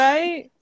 Right